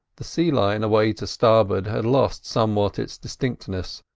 the sea-line away to starboard had lost somewhat its distinctness,